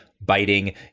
biting